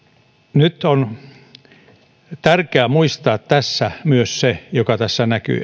nyt on tärkeää muistaa tässä myös se mikä tässä näkyy